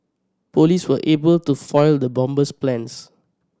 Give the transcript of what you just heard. police were able to foil the bomber's plans